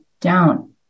down